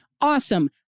Awesome